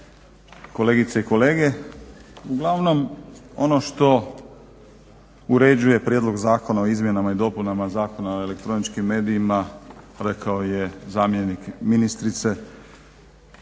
kolegice i kolege. Uglavnom ono što uređuje je prijedlog zakona o izmjenama i dopunama zakona o elektroničkim medijima rekao je zamjenik ministrice.